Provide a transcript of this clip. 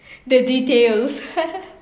the details